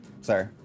Sorry